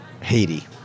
Haiti